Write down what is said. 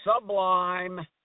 sublime